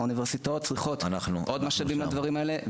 האוניברסיטאות צריכות עוד משאבים לדברים האלה,